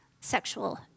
sexual